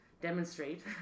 demonstrate